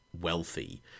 wealthy